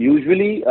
Usually